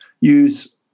use